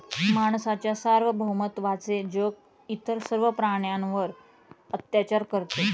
माणसाच्या सार्वभौमत्वाचे जग इतर सर्व प्राण्यांवर अत्याचार करते